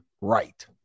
right